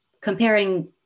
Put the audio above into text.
comparing